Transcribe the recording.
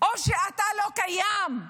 או שאתה לא קיים,